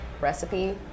recipe